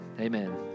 amen